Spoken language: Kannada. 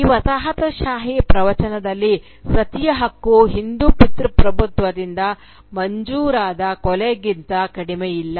ಈ ವಸಾಹತುಶಾಹಿ ಪ್ರವಚನದಲ್ಲಿ ಸತಿಯ ಹಕ್ಕು ಹಿಂದೂ ಪಿತೃಪ್ರಭುತ್ವದಿಂದ ಮಂಜೂರಾದ ಕೊಲೆಗಿಂತ ಕಡಿಮೆಯಿಲ್ಲ